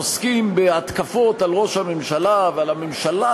עוסקים בהתקפות על ראש הממשלה ועל הממשלה,